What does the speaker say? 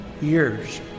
years